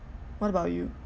what about you